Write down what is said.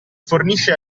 fornisce